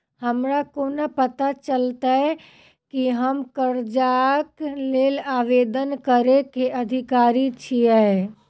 हमरा कोना पता चलतै की हम करजाक लेल आवेदन करै केँ अधिकारी छियै?